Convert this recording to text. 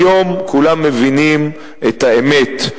היום כולם מבינים את האמת.